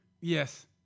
Yes